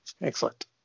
excellent